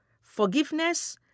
forgiveness